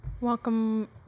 Welcome